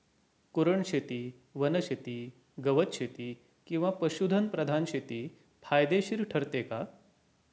कुरणशेती, वनशेती, गवतशेती किंवा पशुधन प्रधान शेती फायदेशीर ठरते का?